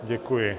Děkuji.